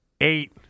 eight